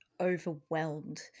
overwhelmed